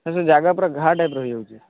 sir ଯେ ଜାଗା ପୁରା ଘାଆ ଟାଇପ୍ର ହେଇ ଯାଉଛି